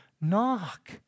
Knock